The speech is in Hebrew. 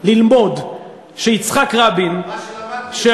ללמוד שיצחק רבין, למדתי יותר ממך.